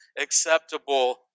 acceptable